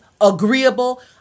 agreeable